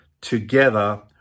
together